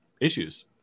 issues